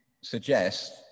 suggest